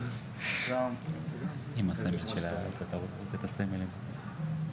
בסגנון WKF. לא הכול זה ענפים אולימפיים,